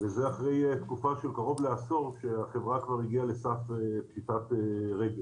וזה אחרי תקופה של קרוב לעשור כשהחברה כבר הגיעה לסף פשיטת רגל.